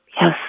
Yes